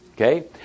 Okay